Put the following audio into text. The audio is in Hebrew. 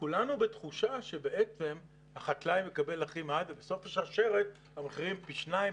כולנו בתחושה שבעצם החקלאי מקבל הכי מעט ובסוף השרשרת המחירים פי שניים,